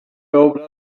obra